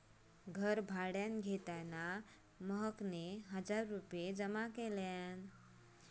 घर भाड्यान घेताना महकना हजार रुपये जमा केल्यान